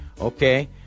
Okay